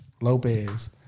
Lopez